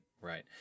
right